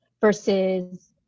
versus